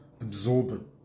absorbent